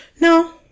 No